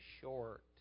short